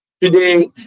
today